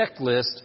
checklist